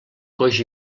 coix